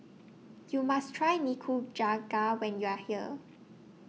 YOU must Try Nikujaga when YOU Are here